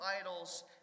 idols